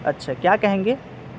اچھا کیا کہیں گے